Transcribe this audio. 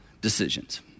decisions